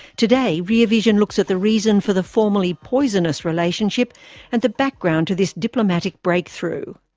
today rear vision looks at the reasons for the formerly poisonous relationship and the background to this diplomatic breakthrough.